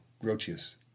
Grotius